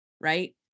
right